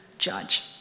judge